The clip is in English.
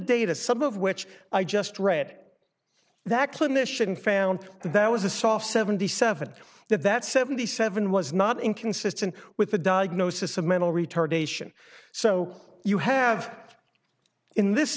data some of which i just read that clinician found that was a soft seventy seven that that seventy seven was not inconsistent with a diagnosis of mental retardation so you have in this